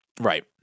Right